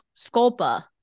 Sculpa